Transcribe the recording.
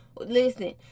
listen